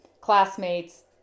Classmates